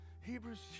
Hebrews